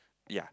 ya